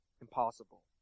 Impossible